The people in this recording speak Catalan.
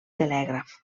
telègraf